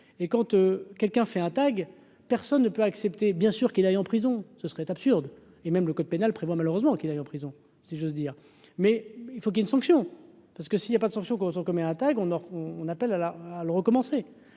et quand quelqu'un fait un tag, personne ne peut accepter, bien sûr, qu'il aille en prison, ce serait absurde et même le code pénal prévoit malheureusement qu'il aille en prison, si j'ose dire, mais il faut qu'il ait une sanction. Parce que si y a pas de sanction quand on commet un tag, on aura, on appelle à la Halle recommencer.